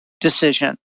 decision